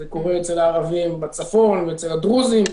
זה קורה אצל הערבים בצפון ואצל הדרוזים.